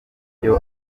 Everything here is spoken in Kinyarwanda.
ibyo